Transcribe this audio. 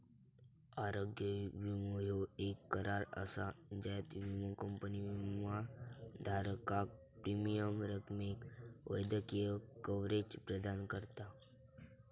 आरोग्य विमो ह्यो येक करार असा ज्यात विमो कंपनी विमाधारकाक प्रीमियम रकमेक वैद्यकीय कव्हरेज प्रदान करता